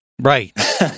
Right